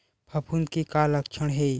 फफूंद के का लक्षण हे?